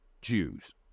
Jews